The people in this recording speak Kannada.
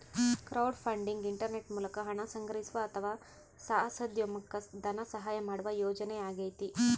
ಕ್ರೌಡ್ಫಂಡಿಂಗ್ ಇಂಟರ್ನೆಟ್ ಮೂಲಕ ಹಣ ಸಂಗ್ರಹಿಸುವ ಅಥವಾ ಸಾಹಸೋದ್ಯಮುಕ್ಕ ಧನಸಹಾಯ ಮಾಡುವ ಯೋಜನೆಯಾಗೈತಿ